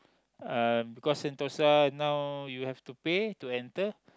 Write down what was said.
uh because Sentosa now you have to pay to enter